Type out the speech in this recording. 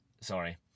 sorry